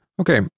Okay